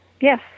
yes